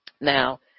Now